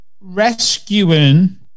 rescuing